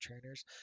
trainers